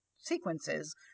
sequences